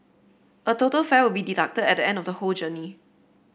a total fare will be deducted at the end of the whole journey